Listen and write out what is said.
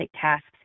tasks